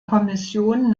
kommission